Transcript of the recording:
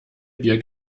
bier